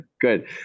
Good